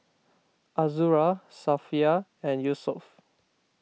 Azura Safiya and Yusuf